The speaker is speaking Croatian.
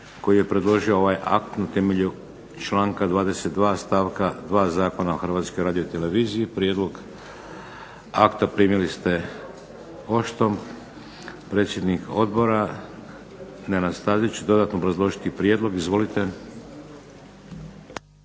Koji je predložio ovaj akt na temelju članka 22. stavka 2. Zakona o Hrvatskoj radioteleviziji. Prijedlog akta primili ste poštom. Predsjednik odbora Nenad Stazić će dodatno obrazložiti prijedlog. Izvolite.